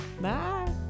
Bye